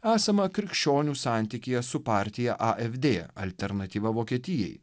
esama krikščionių santykyje su partija apdėję alternatyva vokietijai